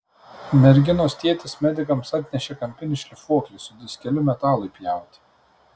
merginos tėtis medikams atnešė kampinį šlifuoklį su diskeliu metalui pjauti